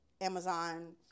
Amazon